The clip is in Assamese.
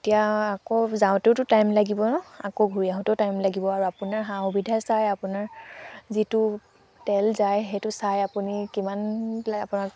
এতিয়া আকৌ যাওঁতেওতো টাইম লাগিব ন আকৌ ঘূৰি আহোঁতেও টাইম লাগিব আপোনাৰ সা সুবিধা চাই আপোনাৰ যিটো তেল যায় সেইটো চাই আপুনি কিমান লাগে আপোনাক